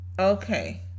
Okay